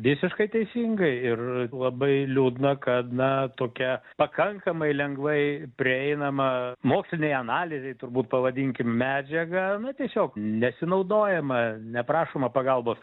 visiškai teisingai ir labai liūdna kad na tokia pakankamai lengvai prieinama mokslinei analizei turbūt pavadinkim medžiaga tiesiog nesinaudojama neprašoma pagalbos